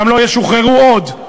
גם לא ישוחררו עוד.